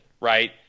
right